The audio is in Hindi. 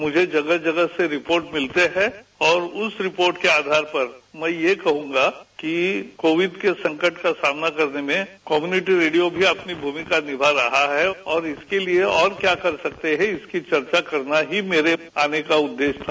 मुझे जगह जगह से रिपोर्ट मिलती है और उस रिपोर्ट के आधार पर मैं यह कहूंगा कि कोविड के संकट का सामना करने में कम्युनिटी रेडियो भी अपनी भूमिका निभा रहा है और इसके लिए और क्या कर सकते हैं कि इसकी चर्चा करना ही मेरे आने का उद्देश्य था